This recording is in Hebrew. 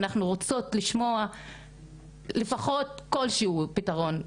ואנחנו רוצות לשמוע לפחות פתרון כלשהו.